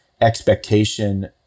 expectation